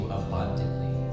abundantly